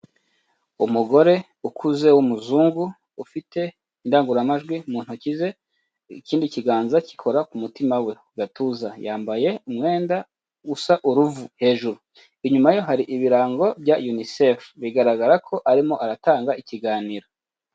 Umugore ukuze w'umuzungu, ufite indangururamajwi mu ntoki ze, ikindi kiganza gikora ku mutima we, agatuza. Yambaye umwenda usa uruvu hejuru. Inyuma ye hari ibirango bya Unicef. Bigaragara ko arimo aratanga ikiganiro.